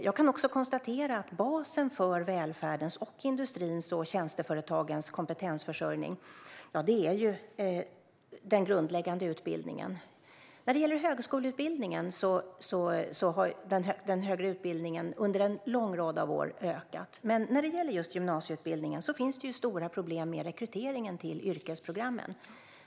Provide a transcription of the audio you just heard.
Jag kan också konstatera att basen för välfärdens, industrins och tjänsteföretagens kompetensförsörjning är den grundläggande utbildningen. Den högre utbildningen har under en lång rad av år ökat, men när det gäller just gymnasieutbildningen finns det stora problem med rekryteringen till yrkesprogrammen.